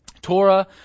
Torah